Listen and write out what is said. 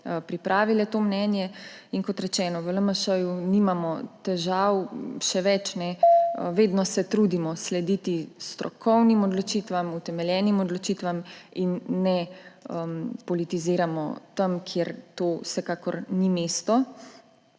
pripravile to mnenje. Kot rečeno, v LMŠ nimamo težav. Še več, vedno se trudimo slediti strokovnim odločitvam, utemeljenim odločitvam in ne politiziramo tam, kjer za to vsekakor ni mesto.